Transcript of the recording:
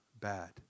bad